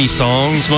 songs